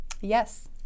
Yes